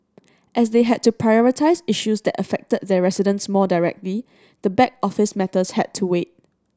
as they had to prioritise issues that affected their residents more directly the back office matters had to wait